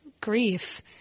grief